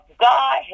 God